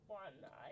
one